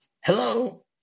Hello